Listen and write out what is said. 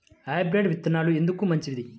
Hybrid విత్తనాలు ఎందుకు మంచిది?